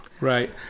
Right